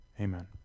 Amen